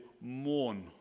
mourn